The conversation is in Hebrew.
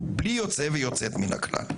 אז הם יבנו גם משרדים במקומות שהם יעזבו,